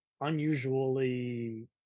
unusually